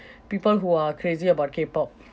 people who are crazy about K pop